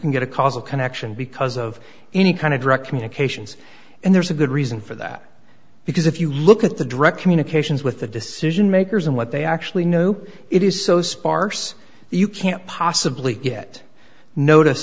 can get a causal connection because of any kind of direct communications and there's a good reason for that because if you look at the direct communications with the decision makers and what they actually know it is so sparse you can't possibly get notice